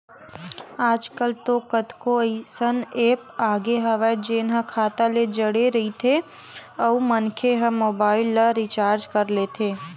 आजकल तो कतको अइसन ऐप आगे हवय जेन ह खाता ले जड़े रहिथे अउ मनखे ह मोबाईल ल रिचार्ज कर लेथे